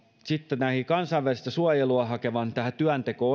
sitten kansainvälistä suojelua hakevan työnteko